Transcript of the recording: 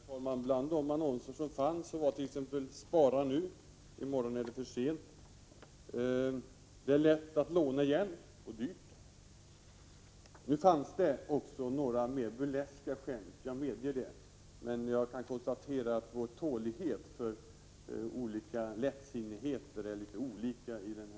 Herr talman! Bland annonserna fanns också sådana som hade exempelvis följande budskap: Spara nu —-i morgon är det för sent! Det är lätt att låna igen — och dyrt! Det fanns några annonser med mera burleska skämt. Jag medger det. Men jag kan konstatera att vi här i kammaren har olika mått av tålighet inför den här typen av lättsinnighet.